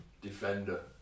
defender